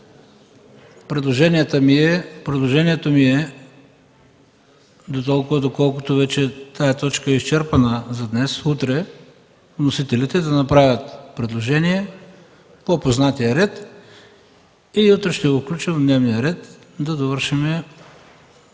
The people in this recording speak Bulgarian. Предложението ми е, доколкото тази точка е изчерпана за днес, утре вносителите да направят предложение по познатия ред. Утре ще го включим в дневния ред, за да